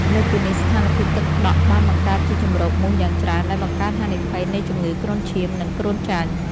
លើសពីនេះ ស្ថានភាពទឹកដក់បានបង្កើតជាជម្រកមូសយ៉ាងច្រើន ដែលបង្កើនហានិភ័យនៃជំងឺគ្រុនឈាម និងគ្រុនចាញ់។